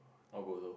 not good also